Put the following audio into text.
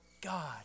God